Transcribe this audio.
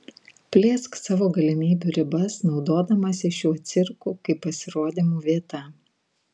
plėsk savo galimybių ribas naudodamasi šiuo cirku kaip pasirodymų vieta